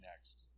next